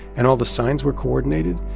and all the signs were coordinated.